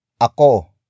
Ako